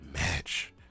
match